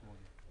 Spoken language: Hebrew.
(38)